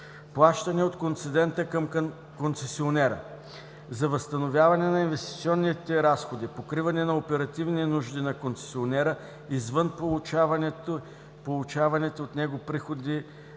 Плащане от концедента към концесионера за възстановяване на инвестиционните разходи, покриване на оперативни нужди на концесионера, извън получаваните от него приходи